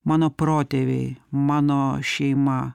mano protėviai mano šeima